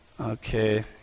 okay